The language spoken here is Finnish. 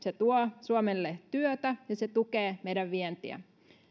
tuovat suomelle työtä ja tukevat meidän vientiä